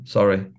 Sorry